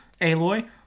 aloy